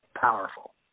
powerful